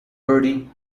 bertie